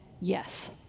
yes